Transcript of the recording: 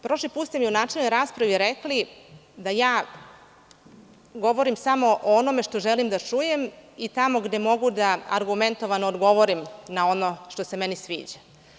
Prošli put ste mi u načelnoj raspravi rekli da govorim samo o onome što želim da čujem i tamo gde mogu da argumentovano odgovorim na ono što se meni sviđa.